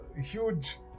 huge